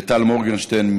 לטל מורגנשטרן,